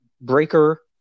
Breaker